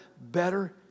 better